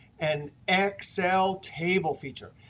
an excel table feature.